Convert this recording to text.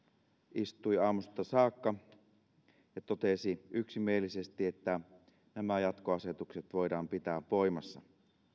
istui aamusta saakka ja totesi yksimielisesti että nämä jatkoasetukset voidaan pitää voimassa